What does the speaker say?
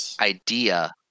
idea